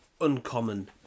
uncommon